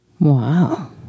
Wow